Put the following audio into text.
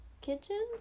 Kitchen